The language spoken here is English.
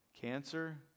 Cancer